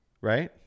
right